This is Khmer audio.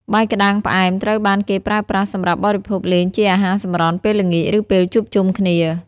បាយក្ដាំងផ្អែមត្រូវបានគេប្រើប្រាស់សម្រាប់បរិភោគលេងជាអាហារសម្រន់ពេលល្ងាច ឬពេលជួបជុំគ្នា។